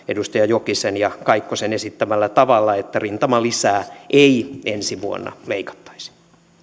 edustaja jokisen ja kaikkosen esittämällä tavalla eli siten että rintamalisää ei ensi vuonna leikattaisi